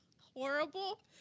horrible